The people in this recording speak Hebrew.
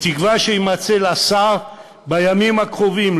בתקווה שיימצא לה שר בימים הקרובים,